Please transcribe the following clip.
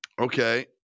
Okay